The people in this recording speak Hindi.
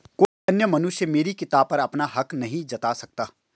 कोई अन्य मनुष्य मेरी किताब पर अपना हक नहीं जता सकता